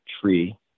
tree